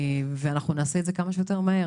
ואנחנו נעשה את זה כמה שיותר מהר,